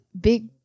big